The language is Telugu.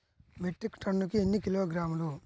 మెట్రిక్ టన్నుకు ఎన్ని కిలోగ్రాములు?